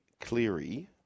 Cleary